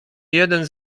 jeden